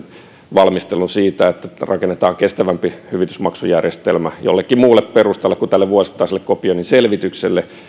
valmistelun siitä että rakennetaan kestävämpi hyvitysmaksujärjestelmä jollekin muulle perustalle kuin tälle vuosittaiselle kopioinnin selvitykselle